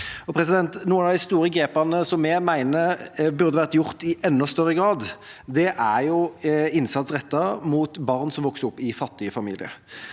Noen av de store grepene som vi mener burde vært tatt i enda større grad, er innsats rettet mot barn som vokser opp i fattige familier.